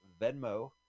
Venmo